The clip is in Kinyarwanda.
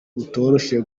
bitoroshye